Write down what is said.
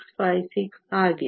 656 ಆಗಿದೆ